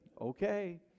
Okay